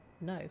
no